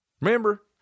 Remember